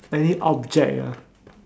any object ah